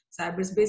cyberspace